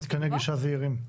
מתקני גישה זעירים.